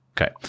Okay